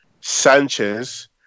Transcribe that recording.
Sanchez